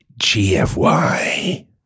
GFY